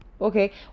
okay